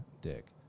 dick